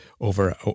over